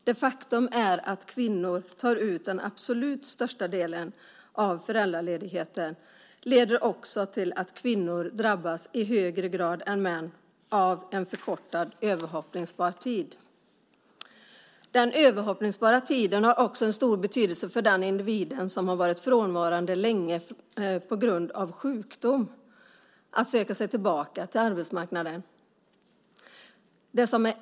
Det faktum att kvinnor tar ut den absolut största delen av föräldraledigheten leder också till att de drabbas i högre grad än män av en förkortad överhoppningsbar tid. Den överhoppningsbara tiden försvårar också för den individ som har varit frånvarande länge på grund av sjukdom att söka sig tillbaka till arbetsmarknaden.